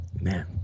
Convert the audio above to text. man